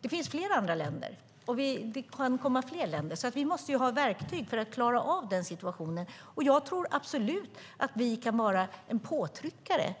Det finns fler länder än Spanien, och det kan komma ytterligare länder. Vi måste ha verktyg för att klara av den situationen. Jag tror absolut att vi kan vara en påtryckare